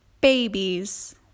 Babies